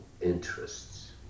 interests